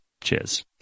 Cheers